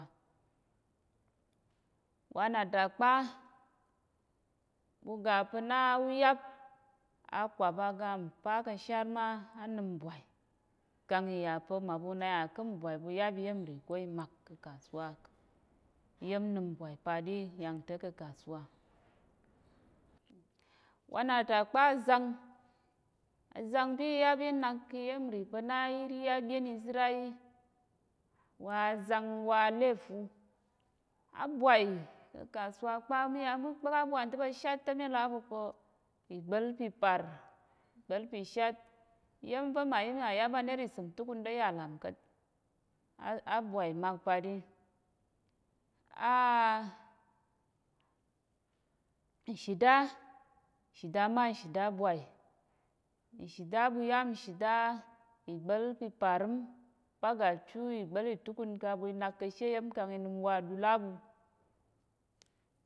Wanatapka ɓuga pa̱na uyap akwap aga npa ka̱sharma anəmbwai kang iyapa̱ maɓu naya ka̱ nbwai ɓu yap iyemri ko imak ka̱kasuwa yemnim nbwai paɗi yangta̱ ka̱kasuwa, wanatapka zang azangti yap inak kiyemri pa̱na iri aɓyen izir ayi wa zangwa lefu abwai ka̱kasuwa kpa ɓuya mi kpa̱k aɓu wanta̱ pashat temi laɓu po igbal pipar gbal pishat iyemva̱ mayi mayap anaira simtukun ta̱ ya lamka̱t abwai makpari, a nshida shida ma nshida bwai nshida ɓuyap nshida igbal piparim ɓaga chu igbal pitukun ka ɓui nak kishi yem kang inəm wa ɗul aɓu